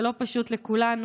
זה לא פשוט לכולנו,